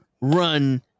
run